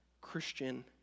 Christian